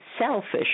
selfish